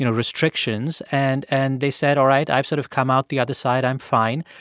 you know restrictions. and and they said, all right, i've sort of come out the other side. i'm fine.